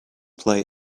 play